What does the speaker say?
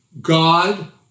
God